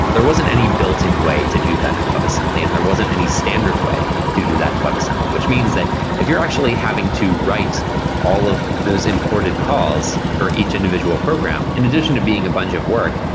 there wasn't any built-in way to do that in webassembly and there wasn't any standard way to do that in webassembly, which means that if you're actually having to write all of those imported calls for each individual program, in addition to being a bunch of work,